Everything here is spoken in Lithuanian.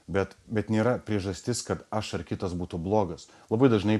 bet bet nėra priežastis kad aš ar kitas būtų blogas labai dažnai